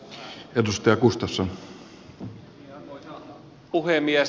arvoisa puhemies